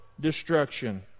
destruction